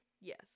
yes